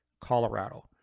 Colorado